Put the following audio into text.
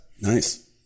Nice